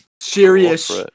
Serious